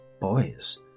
boys